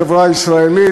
החברה הישראלית,